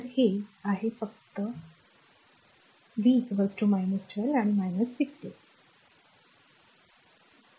तर हे r आहे फक्त धरून ठेवा हे r केस c आहे हे V 12 आणि I 16 ampere आहे